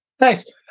Nice